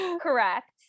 correct